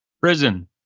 Prison